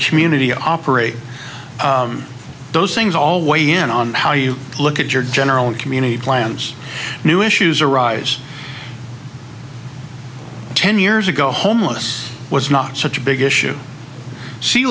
community operate those things all way in on how you look at your general community plans new issues arise ten years ago homeless was not such a big issue sea